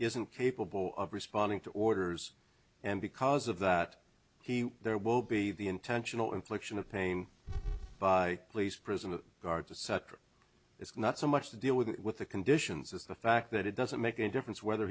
isn't capable of responding to orders and because of that he there will be the intentional infliction of pain by police prison guard to sutter it's not so much to deal with what the conditions as the fact that it doesn't make any difference whether